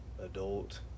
adult